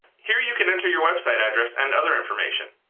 here you can enter your website address and other information.